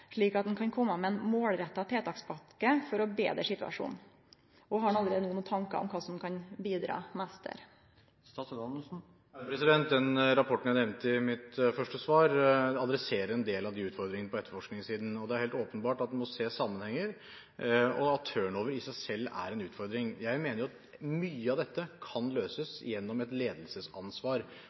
slik at ein kan komme med ei målretta tiltakspakke for å betre situasjonen? Har justisministeren allereie no nokre tankar om kva som kan bidra mest til dette? Den rapporten jeg nevnte i mitt første svar, adresserer en del av de utfordringene på etterforskningssiden. Det er helt åpenbart at vi må se sammenhenger, og at turnover i seg selv er en utfordring. Jeg mener at mye av dette kan løses ved et ledelsesansvar